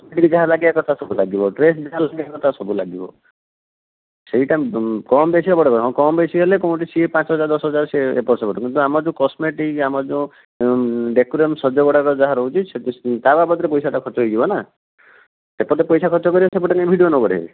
ଯାହା ଲାଗିବା କଥା ସବୁ ଲାଗିବ ଡ୍ରେସ୍ ଯାହା ଲାଗିବା କଥା ସବୁ ଲାଗିବ ସେଇଟା କମ୍ ବେଶି ବଡ଼ ହଁ କମ୍ ବେଶୀ ହେଲେ ସିଏ ପାଞ୍ଚ ହଜାର ଦଶ ହଜାର ସେ ଏପଟ ସେପଟ କିନ୍ତୁ ଆମର ଯେଉଁ କସ୍ମେଟିକ୍ ଆମର ଯେଉଁ ଡେକୋରମ୍ ସଜ ଗୁଡ଼ାକ ଯାହା ରହୁଛି ତା ବାବଦରେ ପଇସାଟା ଖର୍ଚ୍ଚ ହେଇଯିବ ନା ଏପଟେ ପଇସା ଖର୍ଚ୍ଚ କରିବା ସେପଟେ କାହିଁ ବିଡ଼ିଓ ନବଢ଼ାଇବେ